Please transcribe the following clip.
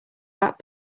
back